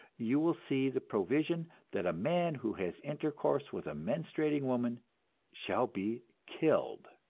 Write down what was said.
you will see the provision that a man who has intercourse with a menstruating woman shall be killed.